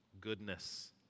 goodness